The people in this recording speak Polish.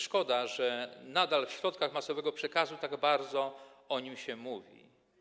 Szkoda, że nadal w środkach masowego przekazu tak bardzo mało o nim się mówi.